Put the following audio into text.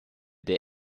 der